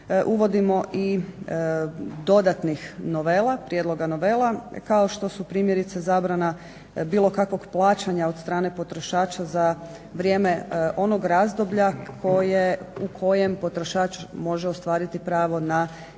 uvodimo i dodatnih novela, prijedloga novela, kao što su primjerice zabrana bilo kakvog plaćanja od strane potrošača za vrijeme onog razdoblja u kojem potrošač može ostvariti pravo na